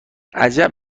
عجب